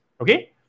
okay